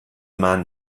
man